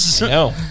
No